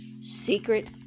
secret